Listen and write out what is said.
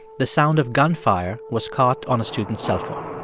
the sound of gunfire was caught on a student's cellphone